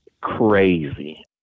crazy